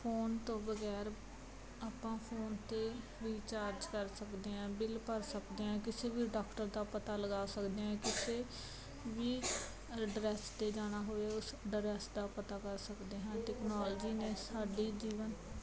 phone ਤੋਂ ਬਗੈਰ ਆਪਾਂ ਫੋਨ 'ਤੇ ਰੀਚਾਰਜ ਕਰ ਸਕਦੇ ਹਾਂ ਬਿੱਲ ਭਰ ਸਕਦੇ ਹਾਂ ਕਿਸੇ ਵੀ ਡਾਕਟਰ ਦਾ ਪਤਾ ਲਗਾ ਸਕਦੇ ਹਾਂ ਕਿਸੇ ਵੀ ਐਡਰੈਸ 'ਤੇ ਜਾਣਾ ਹੋਵੇ ਉਸ ਐਡਰੈਸ ਦਾ ਪਤਾ ਕਰ ਸਕਦੇ ਹਾਂ ਟੈਕਨੋਲਜੀ ਨੇ ਸਾਡੀ ਜੀਵਨ